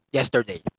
yesterday